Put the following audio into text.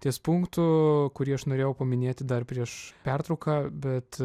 ties punktu kurį aš norėjau paminėti dar prieš pertrauką bet